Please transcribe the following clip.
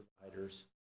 providers